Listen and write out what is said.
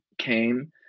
came